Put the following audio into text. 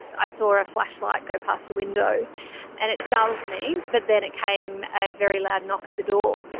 i saw a flash light go past the window and it startled me. but then it came a very loud knock at the door.